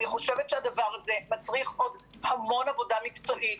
אני חושבת שזה מצריך עוד המון עבודה מקצועית.